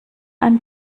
ein